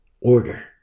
order